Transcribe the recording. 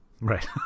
right